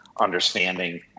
understanding